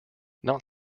not